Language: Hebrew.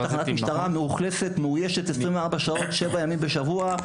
יש שם נקודת משטרה שמאוישת שבעה ימים בשבוע,